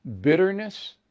bitterness